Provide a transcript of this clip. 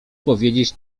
powiedzieć